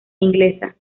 inglesa